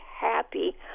happy